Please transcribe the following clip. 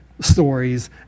stories